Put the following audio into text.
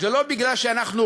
זה לא מפני שאנחנו